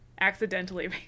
accidentally